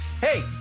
hey